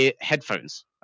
headphones